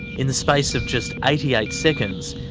in the space of just eighty eight seconds,